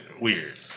weird